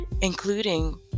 including